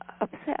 upset